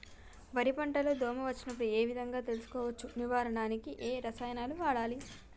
వరి పంట లో దోమ వచ్చినప్పుడు ఏ విధంగా తెలుసుకోవచ్చు? నివారించడానికి ఏ రసాయనాలు వాడాలి?